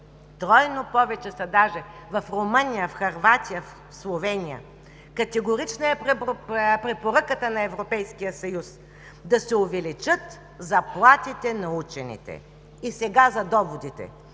Тройно повече са даже в Румъния, в Хърватия, в Словения. Категорична е препоръката на Европейския съюз да се увеличат заплатите на учените! И сега за доводите.